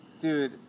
Dude